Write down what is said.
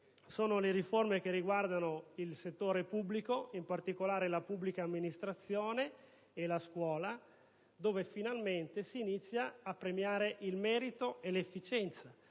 Intanto quelle che riguardano il settore pubblico, in particolare la pubblica amministrazione e la scuola, dove finalmente si iniziano a premiare il merito e l'efficienza.